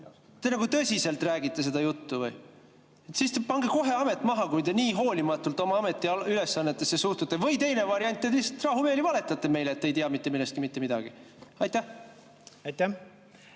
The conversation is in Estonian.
Te nagu tõsiselt räägite seda juttu või? Siis pange kohe amet maha, kui te nii hoolimatult oma ametiülesannetesse suhtute. Või teine variant: te lihtsalt rahumeeli valetate meile, et te ei tea mitte millestki mitte midagi. Aitäh! Kohtun